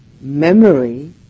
memory